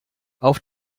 auf